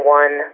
one